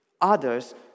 Others